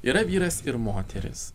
yra vyras ir moteris